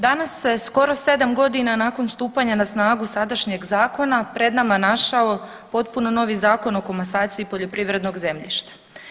Danas se skoro sedam godina nakon stupanja na snagu sadašnjeg zakona pred nama našao potpuno novi Zakon o komasaciji poljoprivrednog zemljišta.